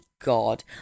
god